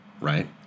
right